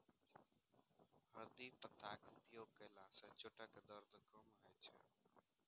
हरदि पातक उपयोग कयला सं चोटक दर्द कम होइ छै